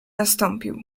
nastąpił